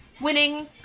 winning